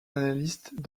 analystes